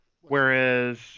whereas